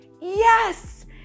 Yes